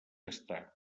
està